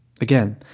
Again